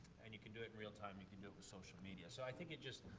and you can do it in real time, you can do it with social media. so i think it just